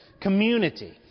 community